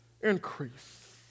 increase